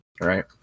right